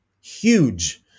huge